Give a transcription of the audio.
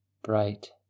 bright